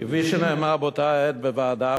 כפי שנאמר באותה עת בוועדה,